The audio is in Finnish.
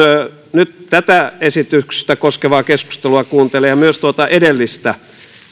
nyt kuuntelee tätä esitystä koskevaa keskustelua ja myös tuota edellistä